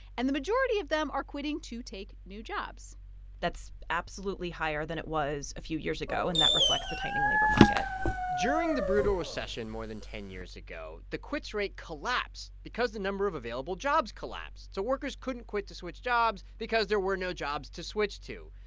and the majority of them are quitting to take new jobs that's absolutely higher than it was a few years ago, and that reflects the tightening labor market during the brutal recession more than ten years ago, the quits rate collapsed because the number of available jobs collapsed, so workers couldn't quit to switch jobs because there were no jobs to switch to.